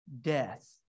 death